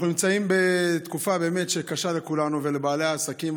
אנחנו נמצאים בתקופה שהיא באמת קשה לכולנו ולבעלי העסקים.